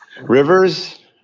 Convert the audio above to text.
Rivers